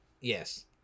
Yes